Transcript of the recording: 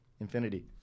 infinity